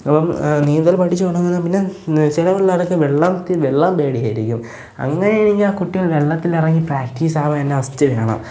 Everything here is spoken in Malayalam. അപ്പോള് നീന്തൽ പഠിച്ചു തുടങ്ങുന്നതിന് മുന്നേ ചില പിള്ളേരൊക്കെ വെള്ളം പേടിയായിരിക്കും അങ്ങ കുട്ടികൾ വെള്ളത്തിലിറങ്ങി പ്രാക്ടീസാവുകതന്നെ ഫസ്റ്റ് വേണം